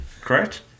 correct